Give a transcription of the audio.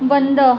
बंद